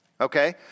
Okay